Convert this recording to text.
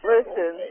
Listen